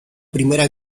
primera